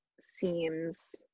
seems